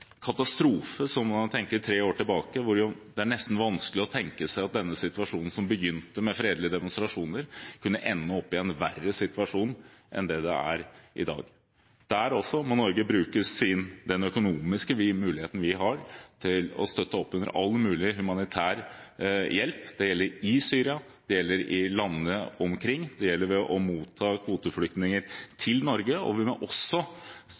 katastrofe. Når man tenker tre år tilbake, er det nesten vanskelig å forestille seg at dette, som begynte med fredelige demonstrasjoner, kunne ende opp i en så ille situasjon som i dag. Der også må Norge bruke den økonomiske muligheten vi har til å støtte opp under all mulig humanitær hjelp. Det gjelder i Syria, det gjelder i landene omkring, og det gjelder ved å motta kvoteflyktninger til Norge. Vi må også